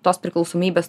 tos priklausomybės